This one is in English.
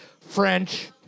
French